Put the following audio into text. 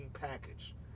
package